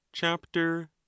chapter